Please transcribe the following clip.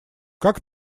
как